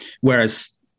whereas